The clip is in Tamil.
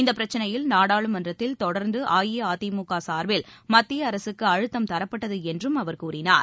இந்தப் பிரச்னையில் நாடாளுமன்றத்தில் தொடர்ந்து அஇஅதிமுக சார்பில் மத்திய அரசுக்கு அழுத்தம் தரப்பட்டது என்றும் அவர் கூறினார்